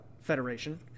federation